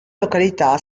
località